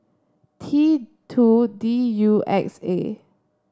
T two D U X A